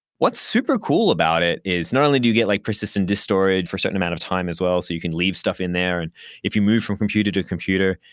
what's super cool about it is, not only do you get like persistent disk storage for a certain amount of time as well, so you can leave stuff in there. and if you move from computer to computer,